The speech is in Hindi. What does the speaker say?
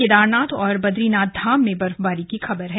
केदारनाथ और बद्रीनाथ धाम में बर्फबारी की खबर है